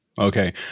Okay